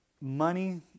money